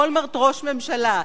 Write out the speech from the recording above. אולמרט ראש הממשלה,